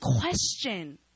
question